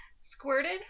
squirted